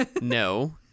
No